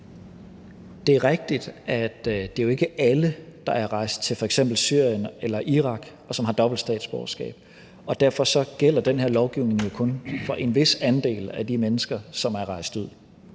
Det er rigtigt, at det jo ikke er alle, der er rejst til f.eks. Syrien eller Irak, som har dobbelt statsborgerskab. Derfor gælder den her lovgivning jo kun for en vis andel af de mennesker, som er rejst ud.